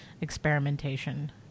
experimentation